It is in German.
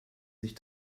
sich